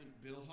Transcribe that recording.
Bill